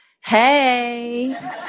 hey